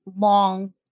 long